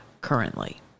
currently